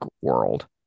world